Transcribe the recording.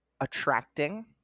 attracting